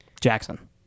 Jackson